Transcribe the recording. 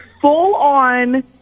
full-on